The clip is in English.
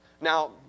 Now